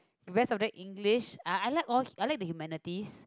rest of the English I I like all I like the humanities